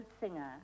singer